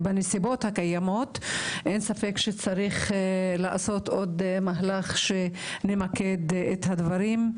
בנסיבות הקיימות אין ספק שצריך לעשות מהלך נוסף שממקד את הדברים.